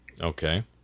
Okay